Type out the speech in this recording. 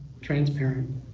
transparent